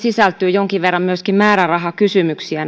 sisältyy jonkin verran myöskin määrärahakysymyksiä